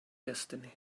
destiny